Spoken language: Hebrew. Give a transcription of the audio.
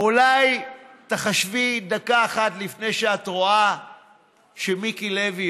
אולי תחשבי דקה אחת לפני שאת רואה שמיקי לוי